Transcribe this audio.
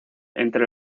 entre